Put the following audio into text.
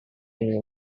you